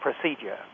procedure